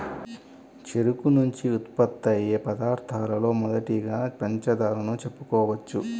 చెరుకు నుంచి ఉత్పత్తయ్యే పదార్థాలలో మొదటిదిగా పంచదారను చెప్పుకోవచ్చు